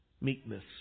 meekness